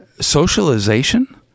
Socialization